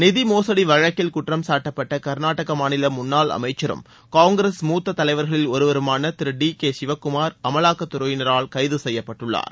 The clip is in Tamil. நிதி மோசுடி வழக்கில் குற்றம்சாட்டப்பட்ட கர்நாடக மாநில முன்னாள் அமைச்சரும் காங்கிரஸ் மூத்த தலைவர்களில் ஒருவருமான திரு டி கே சிவக்குமார் அமலாக்கத்துறையினரால் கைகு செய்யப்பட்டுள்ளார்